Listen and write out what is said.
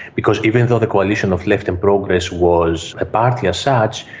because even though the coalition of left and progress was a party as such,